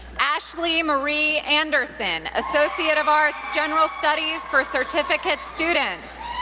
ashleigh marie anderson, associate of arts, general studies for certificate students.